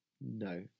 no